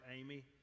Amy